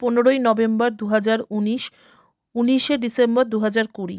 পনেরোই নভেম্বর দুহাজার উনিশ উনিশে ডিসেম্বর দুহাজার কুড়ি